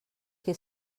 qui